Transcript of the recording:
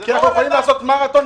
כי אנחנו יכולים לעשות מרתון,